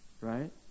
right